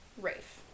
Rafe